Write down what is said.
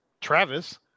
Travis